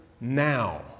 now